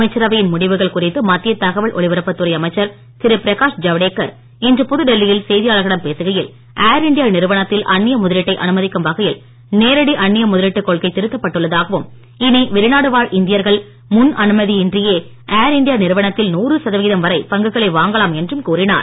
அமைச்சரவையின் முடிவுகள் குறித்து மத்திய தகவல் ஒலிபரப்புத் துறை அமைச்சர் திரு பிரகாஷ் ஜவடேகர் இன்று புதுடெல்லியில் செய்தியாளர்களிடம் பேசுகையில் ஏர் இண்டியா நிறுவனத்தில் அன்னிய முதலீட்டை அனுமதிக்கும் வகையில் நேரடி அன்னிய முதலீட்டுக் கொள்கை திருத்தப்பட்டுள்ளதாகவும் இனி வெளிநாடு வாழ் இந்தியர்கள் முன் அனுமதியின்றியே ஏர் இண்டியா நிறுவனத்தில் நூறு சதவிகிதம் வரை பங்குகளை வாங்கலாம் என்றும் கூறினார்